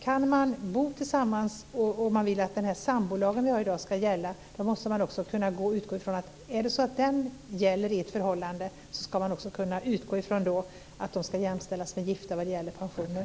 Kan man bo tillsammans, och vill att den sambolag vi har i dag ska gälla, måste man också kunna utgå från att om den gäller i ett förhållande, då ska de sammanboende jämställas med gifta när det gäller pensioner.